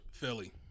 Philly